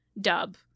dub